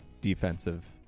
defensive